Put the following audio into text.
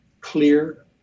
clear